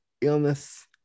illness